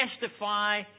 testify